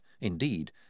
indeed